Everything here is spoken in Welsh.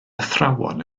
athrawon